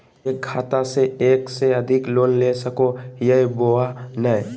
एक खाता से एक से अधिक लोन ले सको हियय बोया नय?